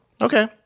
okay